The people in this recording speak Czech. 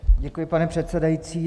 Děkuji, pane předsedající.